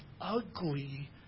ugly